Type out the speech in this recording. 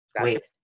Wait